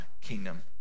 kingdom